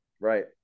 Right